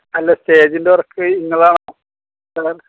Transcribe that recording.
അല്ല സ്റ്റേജിൻ്റെ വര്ക്ക് നിങ്ങളാണോ